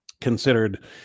considered